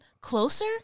closer